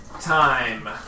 time